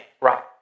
Right